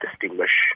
distinguish